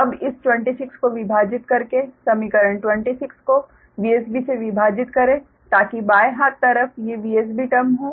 अब इस 26 को विभाजित करके समीकरण 26 को VsB से विभाजित करें ताकि बाएं हाथ तरफ ये VsB टर्म हों